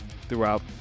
throughout